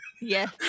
Yes